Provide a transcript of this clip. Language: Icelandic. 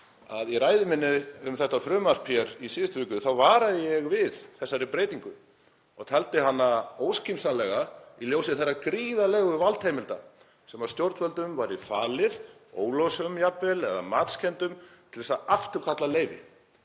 forseti, að í ræðu minni um þetta frumvarp í síðustu viku varaði ég við þessari breytingu og taldi hana óskynsamlega í ljósi þeirra gríðarlegu valdheimilda sem stjórnvöldum væri falið, óljósum jafnvel eða matskenndum, til að afturkalla leyfi.